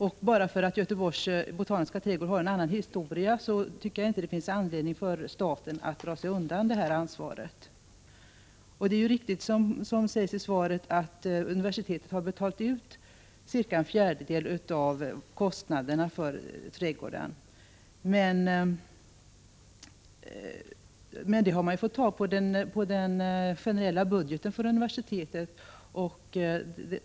Bara därför att Göteborgs botaniska trädgård har en annan historia tycker jag inte det finns anledning för staten att undandra sig sitt ansvar. Det är riktigt som sägs i svaret att universitetet har betalat ut cirka en fjärdedel av kostnaderna för trädgården. Men det har fått tas från den generella budgeten för universitetet.